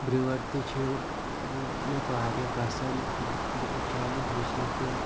برٲر تہِ چھِ یِوان ٲں مےٚ واریاہ پسَنٛد یہِ چھُ آمُت وُچھنہِ کہِ